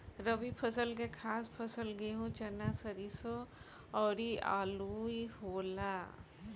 रबी फसल के खास फसल गेहूं, चना, सरिसो अउरू आलुइ होला